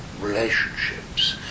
relationships